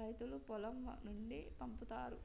రైతులు పొలం నుండి పంపుతరు